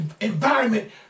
environment